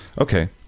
Okay